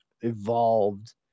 evolved